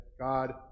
God